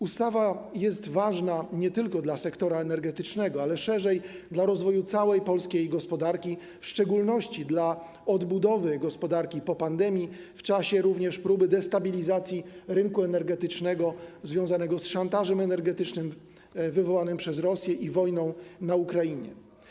Ustawa jest ważna nie tylko dla sektora energetycznego, ale też szerzej - dla rozwoju całej polskiej gospodarki, w szczególności dla odbudowy gospodarki po pandemii w czasie również próby destabilizacji rynku energetycznego związanego z szantażem energetycznym wywołanym przez Rosję i wojne na Ukrainie.